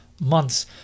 months